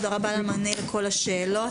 תודה רבה על המענה לכל השאלות.